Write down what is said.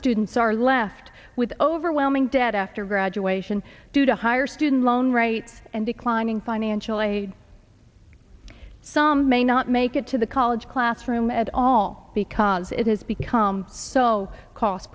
students are left with overwhelming debt after graduation due to higher student loan rates and declining financial aid some may not make it to the college classroom at all because it has become so cos